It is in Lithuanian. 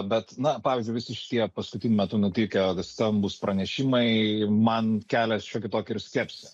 bet na pavyzdžiui visi šitie paskutiniu metu nutikę stambūs pranešimai man kelia šiokį tokį ir skepsį